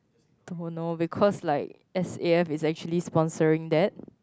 don't know because like S_A_F is actually sponsoring that